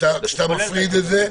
כשאתה מפריד את זה?